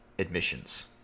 Admissions